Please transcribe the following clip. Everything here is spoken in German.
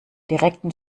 direkten